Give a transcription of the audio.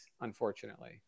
unfortunately